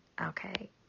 okay